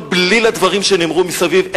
כל בליל הדברים שנאמרו מסביב,